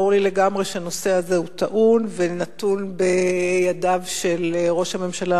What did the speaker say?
ברור לי לגמרי שהנושא הזה טעון ונתון בידיו של ראש הממשלה,